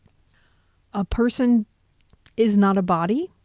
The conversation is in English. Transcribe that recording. a person is not a body,